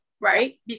right